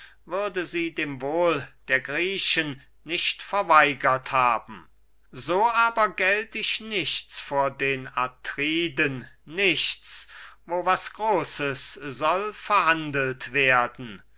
würde sie dem wohl der griechen nicht verweigert haben so aber gelt ich nichts vor den atriden nichts wo was großes soll verhandelt werden